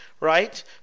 right